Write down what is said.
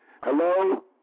Hello